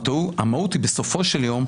המהות היא בסופו של יום,